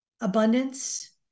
abundance